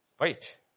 Wait